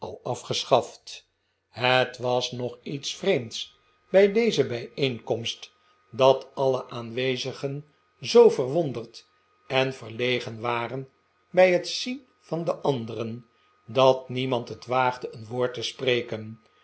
afgeschaft het was n og iets vreemds bij deze bijeenkomst dat alle aanwezigen zoo verwonderd en verlegen werden bij het zien van de anderen dat niemand het waagde een woord te spreken